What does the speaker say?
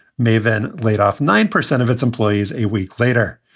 maven laid off nine percent of its employees a week later.